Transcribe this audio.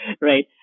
Right